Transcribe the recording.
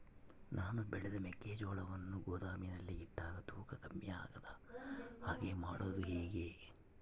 ನಾನು ಬೆಳೆದ ಮೆಕ್ಕಿಜೋಳವನ್ನು ಗೋದಾಮಿನಲ್ಲಿ ಇಟ್ಟಾಗ ತೂಕ ಕಮ್ಮಿ ಆಗದ ಹಾಗೆ ಮಾಡೋದು ಹೇಗೆ?